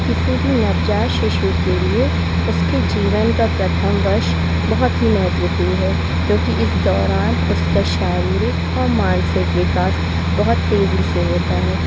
किसी भी नवजात शिशु के लिए उसके जीवन का प्रथम वर्ष बहुत ही महत्वपूर्ण है क्योंकि इस दौरान उसका शारीरिक और मानसिक विकास बहुत तेज़ी से होता है